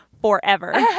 forever